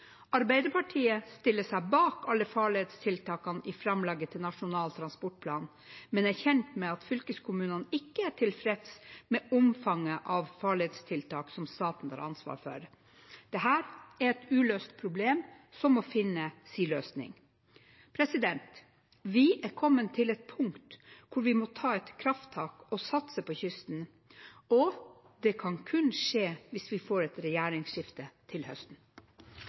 Arbeiderpartiet stiller seg bak alle farledstiltakene i framlegget til Nasjonal transportplan, men er kjent med at fylkeskommunene ikke er tilfreds med omfanget av farledstiltak som staten tar ansvar for. Dette er et uløst problem som må finne sin løsning. Vi er kommet til et punkt hvor vi må ta et krafttak og satse på kysten, og det kan kun skje hvis vi får et regjeringsskifte til høsten.